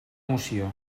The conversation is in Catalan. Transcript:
moció